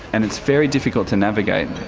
and it's very difficult to navigate.